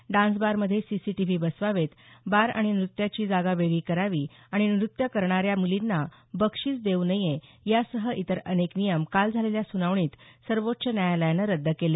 डान्सबारमध्ये CCTV बसवावेत bar आणि नृत्याची जागा वेगळी करावी आणि नृत्य करणाऱ्या मुलींना बक्षीस देऊ नये यासह इतर अनेक नियम काल झालेल्या सुनावणीत सर्वोच्च न्यायालयानं रद्द केले